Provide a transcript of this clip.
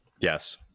Yes